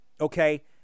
Okay